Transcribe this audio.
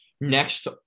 next